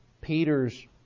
Peter's